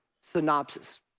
synopsis